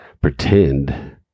pretend